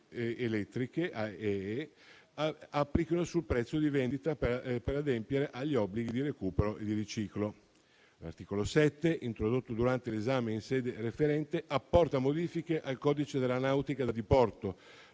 L'articolo 7, introdotto durante l'esame in sede referente, apporta modifiche al codice della nautica da diporto